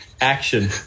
Action